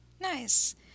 Nice